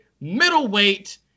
middleweight